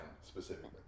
specifically